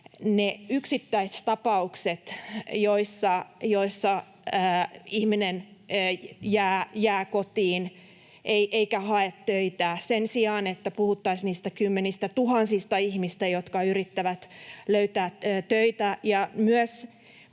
ne yksittäistapaukset, joissa ihminen jää kotiin eikä hae töitä, sen sijaan, että puhuttaisiin niistä kymmenistätuhansista ihmistä, jotka yrittävät löytää töitä.